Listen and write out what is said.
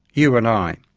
you and i.